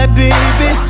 baby